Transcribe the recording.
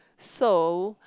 so